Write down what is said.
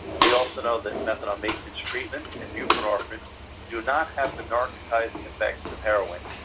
we also know that methadone maintenance treatment and buprenorphine do not have the narcotizing effects of heroine,